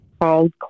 called